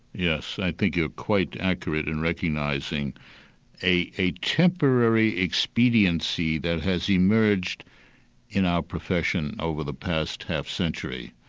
yes, i think you're quite accurate in recognising a a temporary expediency that has emerged in our profession over the past half-century.